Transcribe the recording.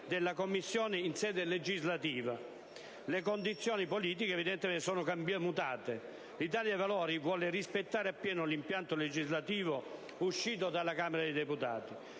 della Commissione in sede legislativa - le condizioni politiche sono mutate. L'Italia dei Valori vuole rispettare appieno l'impianto legislativo approvato dalla Camera dei deputati